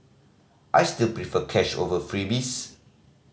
I still prefer cash over freebies